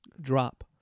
drop